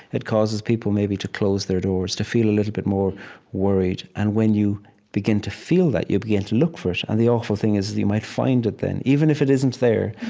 it causes people maybe to close their doors, to feel a little bit more worried and when you begin to feel that, you begin to look for it. and the awful thing is, you might find it then, even if it isn't there.